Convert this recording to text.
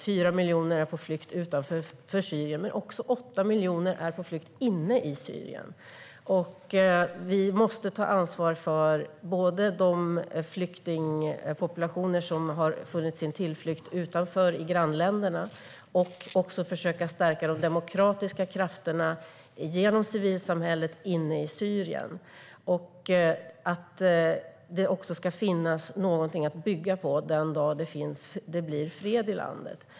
4 miljoner är på flykt utanför Syrien, men 8 miljoner är också på flykt inne i Syrien. Vi måste ta ansvar för de populationer som har tagit sin tillflykt till grannländerna och även försöka stärka de demokratiska krafterna genom civilsamhället inne i Syrien. Det ska också finnas någonting att bygga på den dag det blir fred i landet.